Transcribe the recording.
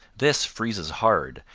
this freezes hard,